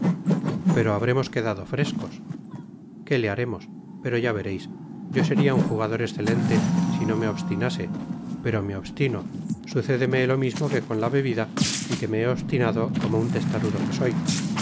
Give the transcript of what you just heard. pero habremos quedado frescos qué le haremos pero ya vereis yo seria un jugador escélente si oo me obstinase pero me obstino sucédeme lo mismo que con la bebida y que me he obstinado como un testarudo que soy